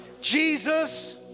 Jesus